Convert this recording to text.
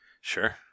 Sure